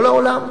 כל העולם.